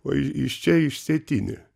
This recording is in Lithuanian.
o iš čia išsėtinė